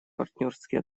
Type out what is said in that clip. партнерские